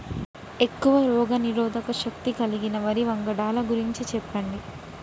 ఎక్కువ రోగనిరోధక శక్తి కలిగిన వరి వంగడాల గురించి చెప్పండి?